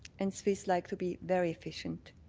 and swiss like to be very efficient.